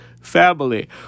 family